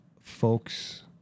folks